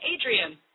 Adrian